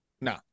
No